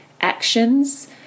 actions